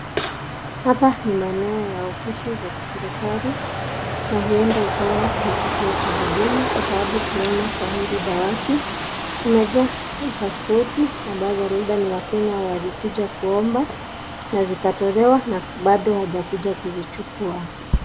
Hapa ni maeneo ya ofisi za kiserekali, na huenda ikawa ni kituo cha huduma kwa sababu tunaona kwa hili dawati, kumejaa paspoti, ambazo labda ni waKenya walikuja kuomba, na zikatolewa na bado hajakuja kuzichukua.